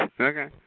Okay